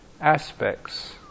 aspects